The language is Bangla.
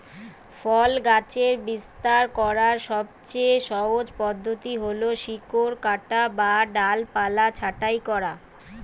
ফল গাছের বিস্তার করার সবচেয়ে সহজ পদ্ধতি হল শিকড় কাটা বা ডালপালা ছাঁটাই করা